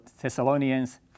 Thessalonians